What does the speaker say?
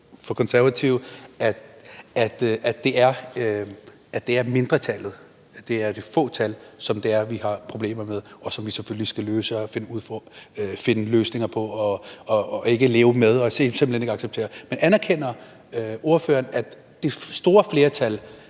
mener, at det er mindretallet, altså et fåtal, som vi har problemer med, og hvor vi selvfølgelig skal finde løsninger på dem og ikke leve med det og acceptere det. Anerkender ordføreren, at det store flertal